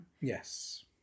Yes